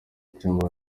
icyumba